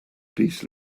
peace